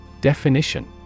Definition